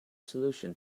solution